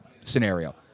scenario